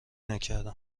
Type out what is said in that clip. نکردم